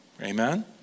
Amen